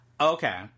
Okay